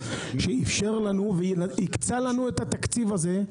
שאפשר לנו והקצה לנו את התקציב הזה.